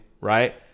right